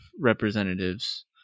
representatives